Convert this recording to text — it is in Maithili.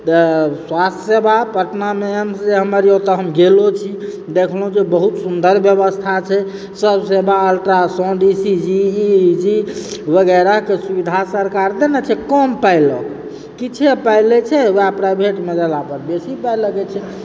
तऽ स्वास्थय सेवा पटनामे एम्स जे हमर यऽ ओतय हम गेलहुँ छी देखलहुँ जे बहुत सुन्दर व्यवस्था छै सभ सेबा ultrasound E C G E E G वगैरहकऽ सुबिधा सरकार दने छै कम पाइ लाउ किछे पाइ लैत छै वएह प्राइवेटमे गेला पर बेसी पाइ लगैत छै